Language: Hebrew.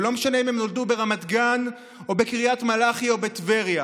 ולא משנה אם הם נולדו ברמת גן או בקריית מלאכי או בטבריה.